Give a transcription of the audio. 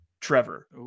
Trevor